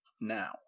now